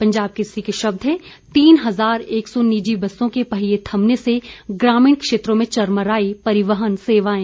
पंजाब केसरी के शब्द हैं तीन हजार एक सौ निजी बसों के पहिये थमने से ग्रामीण क्षेत्रों में चरमराई परिवहन सेवाएं